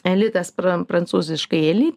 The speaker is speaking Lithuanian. elitas pran prancūziškai elit